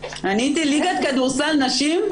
ליגת כדורסל נשים,